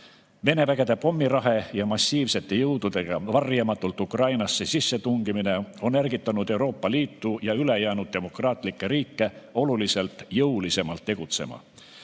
Vene vägede pommirahe ja massiivsete jõududega varjamatult Ukrainasse sissetungimine on ärgitanud Euroopa Liitu ja ülejäänud demokraatlikke riike oluliselt jõulisemalt tegutsema.